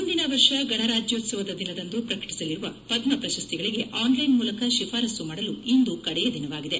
ಮುಂದಿನ ವರ್ಷ ಗಣರಾಜ್ಯೋತ್ಸವದ ದಿನದಂದು ಪ್ರಕಟಿಸಲಿರುವ ಪದ್ಮ ಪ್ರಶಸ್ತಿಗಳಿಗೆ ಆನ್ಲೈನ್ ಮೂಲಕ ಶಿಫಾರಸ್ಸು ಮಾಡಲು ಇಂದು ಕಡೆಯ ದಿನವಾಗಿದೆ